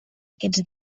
aquests